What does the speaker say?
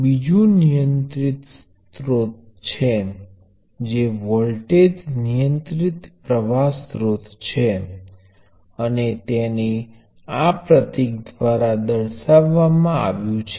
તેમાં એક નિયંત્રિત વોલ્ટેજ સ્ત્રોત છે તેના મૂલ્યો તેમા વહેતા પ્રવાહ ના સ્ક્વેર દ્વારા આપવામાં આવે છે